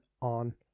on